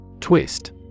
Twist